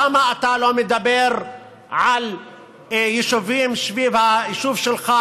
למה אתה לא מדבר על יישובים סביב היישוב שלך,